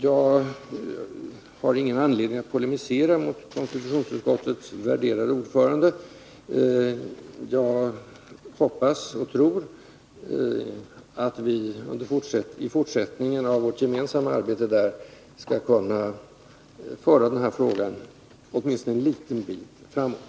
Jag har ingen anledning att polemisera mot konstitutionsutskottets värderade ordförande. Jag hoppas och tror att vi i fortsättningen av vårt gemensamma arbete i utskottet skall kunna föra den här frågan åtminstone en liten bit framåt.